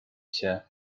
się